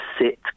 sit